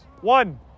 one